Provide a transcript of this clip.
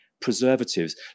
preservatives